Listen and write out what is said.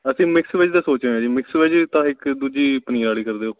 ਅਸੀਂ mix veg ਦਾ ਸੋਚ ਰਹੇ ਹਾਂ ਜੀ ਮਿਕਸ ਵੈਜ ਤਾਂ ਇੱਕ ਦੂਜੀ ਪਨੀਰ ਵਾਲੀ ਕਰ ਦਿਓ